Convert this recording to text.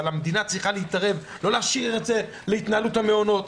אבל המדינה צריכה להתערב לא להשאיר את זה להתנהלות המעונות.